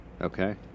Okay